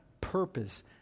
purpose